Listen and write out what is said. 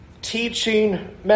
Teaching